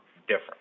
different